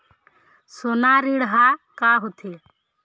सोना ऋण हा का होते?